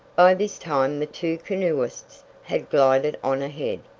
by this time the two canoeists had glided on ahead.